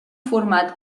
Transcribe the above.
format